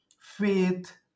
faith